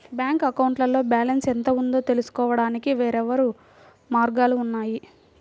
bank అకౌంట్లో balance ఎంత ఉందో తెలుసుకోవడానికి వేర్వేరు మార్గాలు ఉన్నాయి